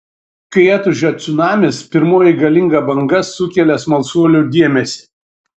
kai atūžia cunamis pirmoji galinga banga sukelia smalsuolių dėmesį